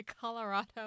Colorado